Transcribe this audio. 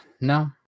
No